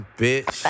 bitch